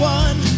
one